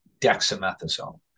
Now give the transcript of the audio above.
dexamethasone